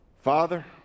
Father